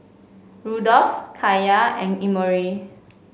Rudolph Kaiya and Emory